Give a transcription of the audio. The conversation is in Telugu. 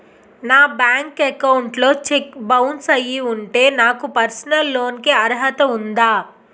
నా బ్యాంక్ అకౌంట్ లో చెక్ బౌన్స్ అయ్యి ఉంటే నాకు పర్సనల్ లోన్ కీ అర్హత ఉందా?